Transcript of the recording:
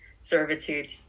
servitude